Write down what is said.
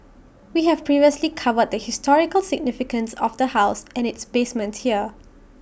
we have previously covered the historical significance of the house and its basement here